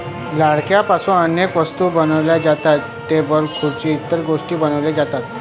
लाकडापासून अनेक वस्तू बनवल्या जातात, टेबल खुर्सी इतर गोष्टीं बनवल्या जातात